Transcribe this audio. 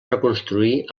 reconstruir